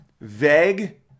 vague